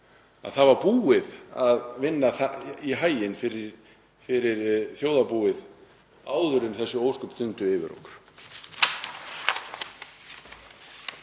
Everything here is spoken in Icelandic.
að það var búið að vinna í haginn fyrir þjóðarbúið áður en þessi ósköp dundu yfir okkur.